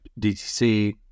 DTC